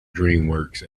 dreamworks